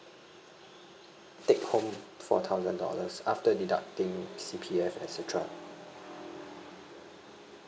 take home four thousand dollars after deducting C_P_F et cetera